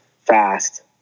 fast